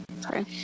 Sorry